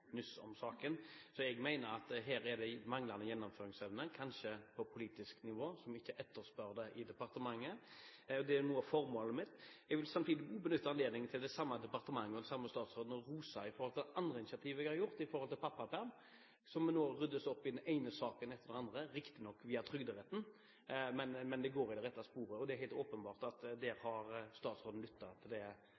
så jeg mener at her er det manglende gjennomføringsevne, kanskje, på politisk nivå når man i departementet ikke etterspør det. Det er noe av formålet mitt. Jeg vil samtidig benytte anledningen til å rose det samme departementet og den samme statsråden for andre initiativ som vi har tatt, bl.a. når det gjelder pappaperm. Det ryddes nå opp i den ene saken etter den andre, riktignok via trygderetten, men det går i det rette sporet. Det er helt åpenbart at